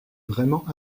vraiment